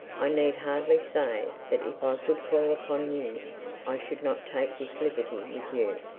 i need hardly say that if i could call upon you i should not take this liberty with you.